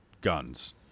guns